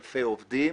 עובדים,